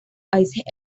países